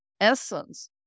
essence